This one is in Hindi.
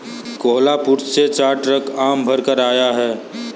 कोहलापुर से चार ट्रक भरकर आम आया है